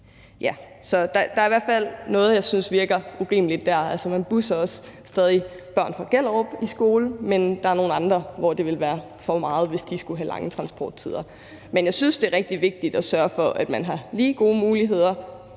fald noget, jeg synes virker urimeligt der. Børn fra Gellerup kører også stadig i bus til skole, men der er nogle andre, hvor det ville være for meget, hvis de skulle have lange transporttider. Men jeg synes, det er rigtig vigtigt at sørge for, at man har lige gode muligheder